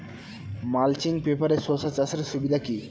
Mulching পেপারে শসা চাষের সুবিধা কি?